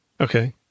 Okay